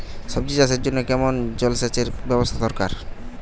সবজি চাষের জন্য কেমন জলসেচের ব্যাবস্থা দরকার?